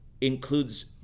includes